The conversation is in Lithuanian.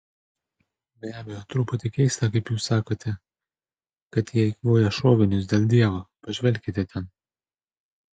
be abejo truputį keista kaip jūs sakote kad jie eikvoja šovinius dėl dievo pažvelkite ten